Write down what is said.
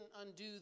undo